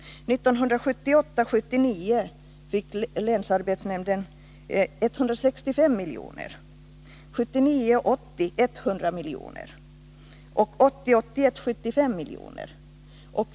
1978 80 var motvarande belopp 100 miljoner och för 1980/81 var det 75 miljoner.